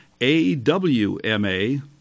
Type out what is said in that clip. AWMA